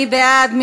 מי בעד?